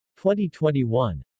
2021